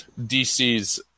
DC's